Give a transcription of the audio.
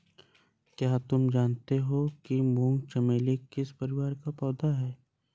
क्या तुम जानते हो कि मूंगा चमेली किस परिवार का पौधा है?